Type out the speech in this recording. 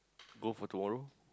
go for tomorrow